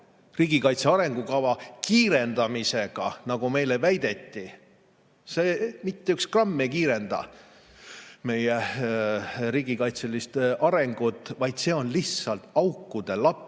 riigikaitse arengukava [elluviimise] kiirendamisega, nagu meile väideti. See mitte üks gramm ei kiirenda meie riigikaitselist arengut, vaid see on lihtsalt aukude